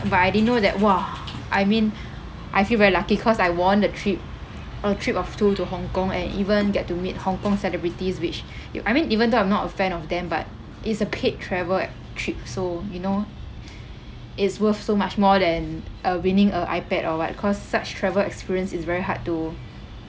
but I didn't know that !wah! I mean I feel very lucky cause I won the trip a trip of two to hong kong and even get to meet hong kong celebrities which you I mean even though I'm not a fan of them but it's a paid travel uh trip so you know it's worth so much more than uh winning a ipad or what cause such travel experience is very hard to